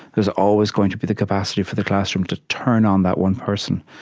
there's always going to be the capacity for the classroom to turn on that one person.